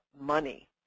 money